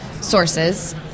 sources